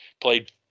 played